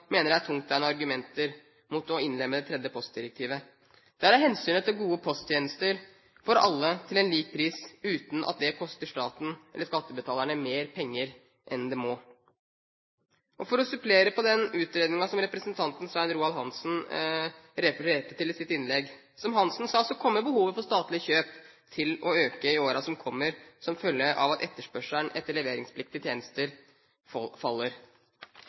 mener det er tungtveiende argumenter mot å innlemme det tredje postdirektivet. Det er av hensyn til gode posttjenester for alle og til lik pris, uten at det koster staten eller skattebetalerne mer penger enn det må. For å supplere den utredningen som representanten Svein Roald Hansen refererte til i sitt innlegg og det han sa: Behovet for statlig kjøp kommer til å øke i årene som kommer, som følge av at etterspørselen etter leveringspliktige tjenester faller.